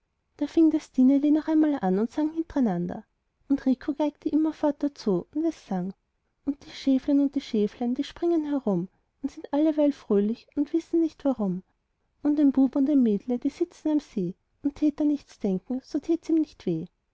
da fing das stineli noch einmal an und sang hintereinander und rico geigte immerfort dazu und es sang und die schäflein und die schäflein die springen herum und sind alleweil fröhlich und wissen auch nicht warum und ein bub und ein mädle die sitzen am see und tät er nichts denken so tät's ihm nicht weh